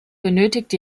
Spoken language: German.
benötigt